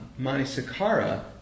Manisakara